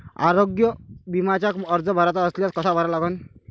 मले आरोग्य बिम्याचा अर्ज भराचा असल्यास कसा भरा लागन?